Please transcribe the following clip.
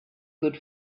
good